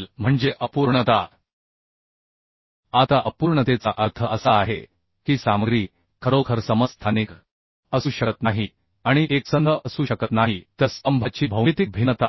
पुढील म्हणजे अपूर्णता आता अपूर्णतेचा अर्थ असा आहे की सामग्री खरोखर समस्थानिक असू शकत नाही आणि एकसंध असू शकत नाही तर स्तंभाची भौमितिक भिन्नता